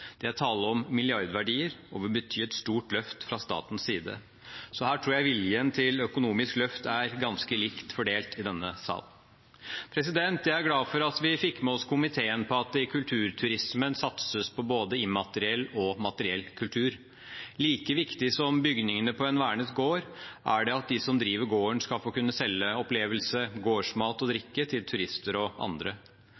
Det er tale om milliardverdier og vil bety et stort løft fra statens side. Så her tror jeg viljen til økonomisk løft er ganske likt fordelt i denne sal. Jeg er glad for at vi fikk med oss komiteen på at det i kulturturismen satses på både immateriell og materiell kultur. Like viktig som bygningene på en vernet gård er det at de som driver gården, skal få kunne selge opplevelse, gårdsmat og